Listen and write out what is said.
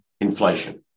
inflation